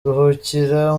ruhukira